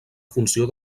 funció